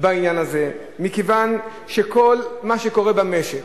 בעניין הזה, מכיוון, כל מה שקורה במשק,